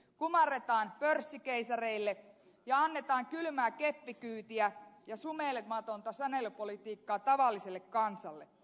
kumarretaan pörssikeisareille ja annetaan kylmää keppikyytiä ja sumeilematonta sanelupolitiikkaa tavalliselle kansalle